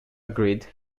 grid